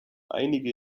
einige